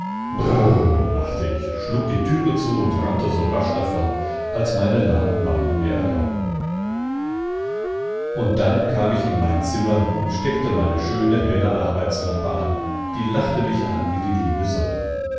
machte ich schlug die türe zu und rannte so rasch davon als meine lahmen beine mir erlaubten und dann kam ich in mein zimmer und steckte meine schöne helle arbeitslampe an die lachte mich an wie die liebe sonne